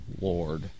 lord